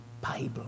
Bible